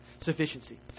sufficiency